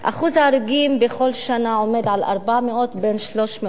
מספר ההרוגים בכל שנה עומד על 400, בין 350 ל-400,